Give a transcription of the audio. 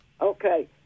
Okay